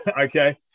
Okay